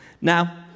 Now